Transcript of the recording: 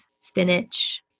spinach